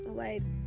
White